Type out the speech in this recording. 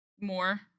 more